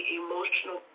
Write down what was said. emotional